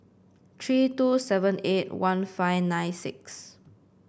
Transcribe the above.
three two seven eight one five nine six